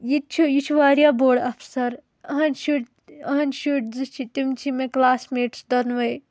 یہ تہِ چھُ یہِ چھُ وارِیاہ بوٚڑ اَفسر إہنٛدۍ شُرۍ إہنٛدۍ شُرۍ زِ چھِ تِم چھِ مےٚ کٕلاس میٹٕس دۄنوٕنۍ